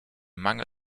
mangel